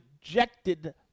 rejected